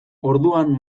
orduan